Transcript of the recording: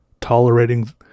tolerating